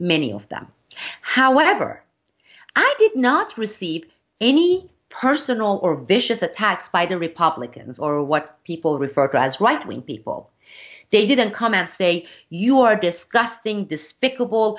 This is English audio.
many of them however i did not receive any personal or vicious attacks by the republicans or what people referred to as right wing people they didn't come out state you are disgusting despicable